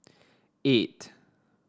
eight